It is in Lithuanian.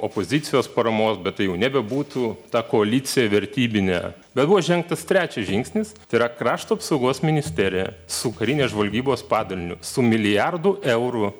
opozicijos paramos bet tai jau nebebūtų tą koalicija vertybinė bet buvo žengtas trečias žingsnis tai yra krašto apsaugos ministerija su karinės žvalgybos padaliniu su milijardu eurų